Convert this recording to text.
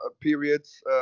periods